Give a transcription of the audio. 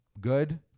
good